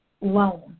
loan